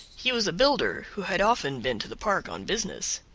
he was a builder who had often been to the park on business.